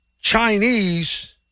Chinese